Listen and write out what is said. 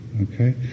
okay